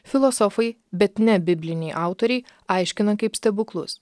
filosofai bet ne bibliniai autoriai aiškina kaip stebuklus